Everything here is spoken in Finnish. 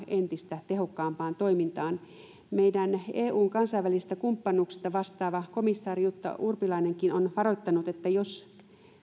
entistä tehokkaampaan toimintaan tällä sektorilla on panostettava meidän eun kansainvälisistä kumppanuuksista vastaava komissaari jutta urpilainenkin on varoittanut että jos